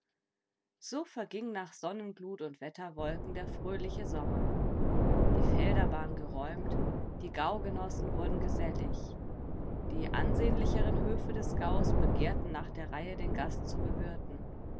so verging nach sonnenglut und wetterwolken der fröhliche sommer die felder waren geräumt die gaugenossen wurden gesellig die ansehnlicheren höfe des gaues begehrten nach der reihe den gast zu bewirten